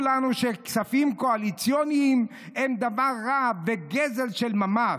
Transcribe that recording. לנו שכספים קואליציוניים הם דבר רע וגזל של ממש,